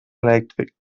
elèctric